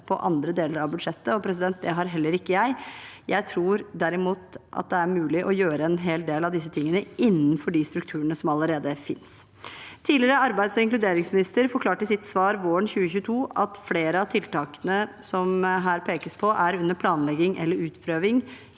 i andre deler av budsjettet. Det har heller ikke jeg. Jeg tror derimot at det er mulig å gjøre en hel del av dette innenfor de strukturene som allerede finnes. Tidligere arbeids- og inkluderingsminister forklarte i sitt svar våren 2022 at flere av tiltakene som her pekes på, er under planlegging eller utprøving